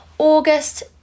August